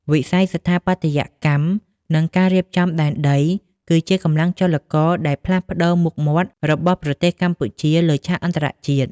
វិស័យស្ថាបត្យកម្ម និងការរៀបចំដែនដី គឺជាកម្លាំងចលករដែលផ្លាស់ប្តូរមុខមាត់របស់ប្រទេសកម្ពុជាលើឆាកអន្តរជាតិ។